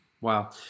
Wow